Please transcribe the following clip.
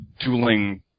tooling